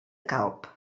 calp